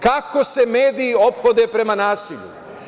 Kako se mediji ophode prema nasilju?